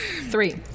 Three